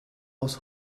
aus